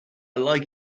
like